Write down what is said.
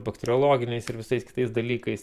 bakteriologiniais ir visais kitais dalykais